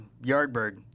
Yardbird